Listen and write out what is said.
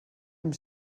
amb